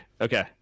Okay